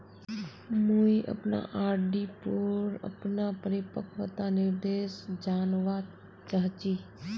मुई अपना आर.डी पोर अपना परिपक्वता निर्देश जानवा चहची